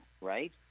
right